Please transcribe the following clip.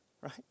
right